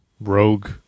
Rogue